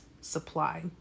supply